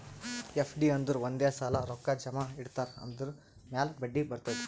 FD ಅಂದುರ್ ಒಂದೇ ಸಲಾ ರೊಕ್ಕಾ ಜಮಾ ಇಡ್ತಾರ್ ಅದುರ್ ಮ್ಯಾಲ ಬಡ್ಡಿ ಬರ್ತುದ್